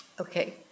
okay